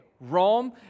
Rome